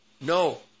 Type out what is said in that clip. No